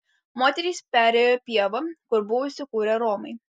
moterys perėjo pievą kur buvo įsikūrę romai